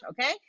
okay